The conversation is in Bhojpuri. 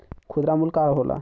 खुदरा मूल्य का होला?